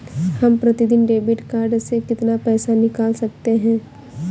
हम प्रतिदिन debit card से कितना पैसा निकाल सकते हैं?